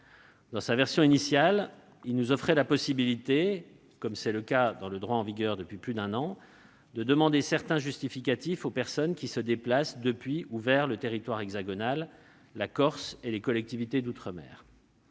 Dans sa version initiale, il nous offrait la possibilité, comme c'est le cas dans le droit en vigueur depuis plus d'un an, de demander certains justificatifs aux personnes qui se déplacent depuis ou vers le territoire hexagonal. Je pense en particulier à la Corse et aux collectivités d'outre-mer.